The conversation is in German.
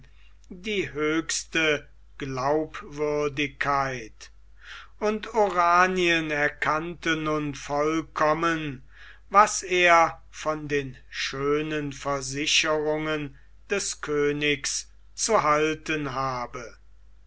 die höchste glaubwürdigkeit und oranien erkannte nun vollkommen was er von den schönen versicherungen des königs zu halten habe